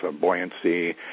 buoyancy